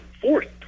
fourth